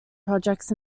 projects